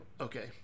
okay